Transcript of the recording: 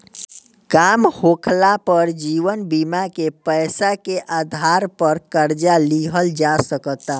काम होखाला पर जीवन बीमा के पैसा के आधार पर कर्जा लिहल जा सकता